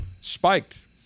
spiked